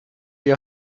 ihr